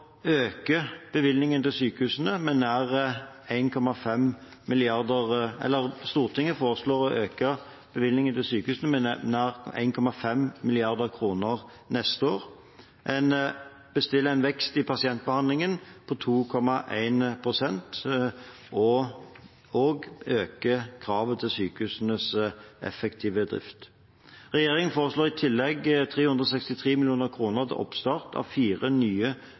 øke bevilgningene til sykehusene med nær 1,5 mrd. kr neste år. En bestiller en vekst i pasientbehandlingen på 2,1 pst. og øker kravet til sykehusenes effektive drift. Regjeringen foreslår i tillegg 363 mill. kr til oppstart av fire nye,